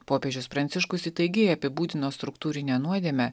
popiežius pranciškus įtaigiai apibūdino struktūrinę nuodėmę